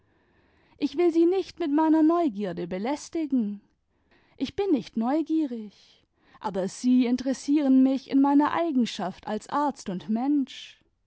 ich will sie nicht mit meiner neugierde belästigen ich bin nicht neugierig aber sie interessieren mich in meiner eigenschaft als arzt imd mensch